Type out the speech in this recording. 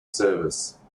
service